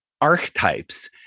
archetypes